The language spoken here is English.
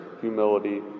humility